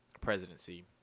presidency